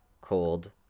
cold